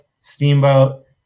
steamboat